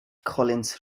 collins